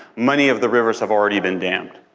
many of the rivers have already been dammed.